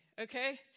okay